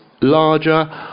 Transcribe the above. larger